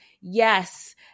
Yes